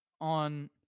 on